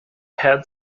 had